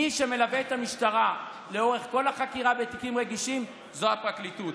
מי שמלווה את המשטרה לאורך כל החקירה בתיקים רגישים זה הפרקליטות,